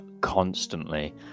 constantly